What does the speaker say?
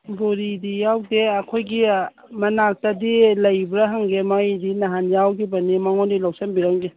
ꯕꯣꯔꯤ ꯌꯥꯎꯗꯦ ꯑꯩꯈꯣꯏꯒꯤ ꯃꯅꯥꯛꯇꯗꯤ ꯂꯩꯕ꯭ꯔꯥ ꯍꯪꯒꯦ